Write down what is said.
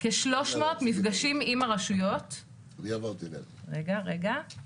יאפשר לכל מי שמגיע ברכבת בקו המזרחי מחדרה ומגדרה לרדת בתחנה